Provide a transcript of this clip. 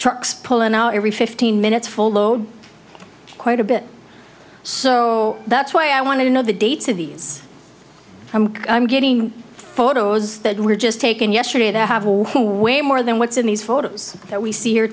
trucks pulling out every fifteen minutes full load quite a bit so that's why i want to know the dates of these and i'm getting photos that were just taken yesterday that have way more than what's in these photos that we see here